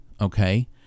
okay